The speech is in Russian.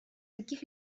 каких